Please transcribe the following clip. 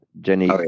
Jenny